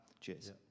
Cheers